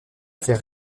fait